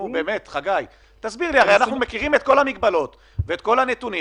אנחנו מכירים את כל המגבלות ואת כל הנתונים.